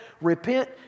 repent